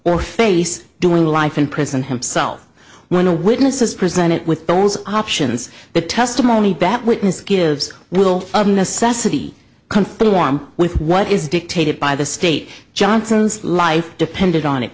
or face doing life in prison himself when a witness is presented with those options the testimony bat witness gives will of necessity conform with what is dictated by the state johnson's life depended on it